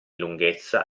lunghezza